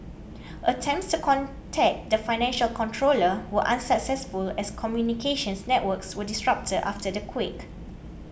attempts to contact the financial controller were unsuccessful as communications networks were disrupted after the quake